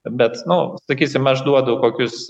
bet nu sakysim aš duodu kokius